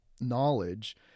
knowledge